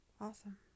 Awesome